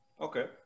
Okay